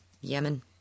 Yemen